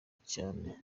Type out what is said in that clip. cyane